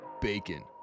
bacon